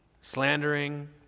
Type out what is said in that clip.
slandering